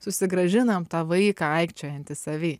susigrąžinam tą vaiką aikčiojantį savy